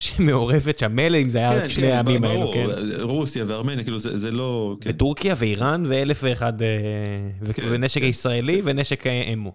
שהיא מעורבת שם. מילא אם זה היה רק שני העמים האלו, כן? כן, ברור, רוסיה וארמניה, כאילו זה לא... וטורקיה ואיראן ואלף ואחד... ונשק הישראלי ונשק אמו.